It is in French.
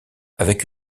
avec